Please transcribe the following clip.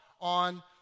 on